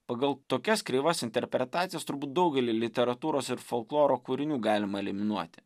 pagal tokias kreivas interpretacijas turbūt daugelį literatūros ir folkloro kūrinių galima eliminuoti